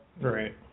Right